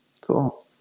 Cool